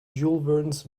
jules